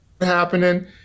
happening